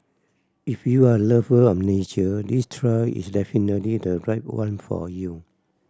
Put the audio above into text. if you're a lover of nature this trail is definitely the right one for you